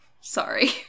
Sorry